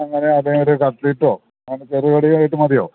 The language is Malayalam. അങ്ങനെ അത് അല്ലേൽ ഒരു കട്ലേറ്റോ അങ്ങനെ ചെറുകടിയായിട്ട് മതിയോ